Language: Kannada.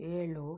ಏಳು